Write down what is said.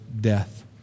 death